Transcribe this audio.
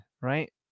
right